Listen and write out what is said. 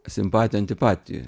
simpatijų antipatijų